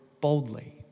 boldly